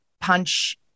punch